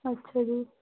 ਅੱਛਾ ਜੀ